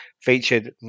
featured